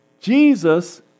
Jesus